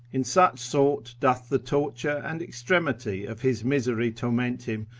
in such sort doth the torture and extremity of his misery torment him,